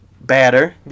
batter